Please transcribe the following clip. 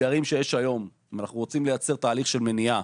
בתוך האתגרים שיש היום ובייחוד אם אנחנו רוצים לייצר תהליך של מניעה.